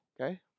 okay